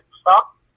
stop